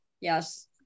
Yes